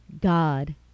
god